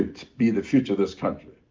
to be the future of this country.